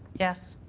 yes.